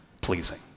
pleasing